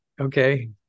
okay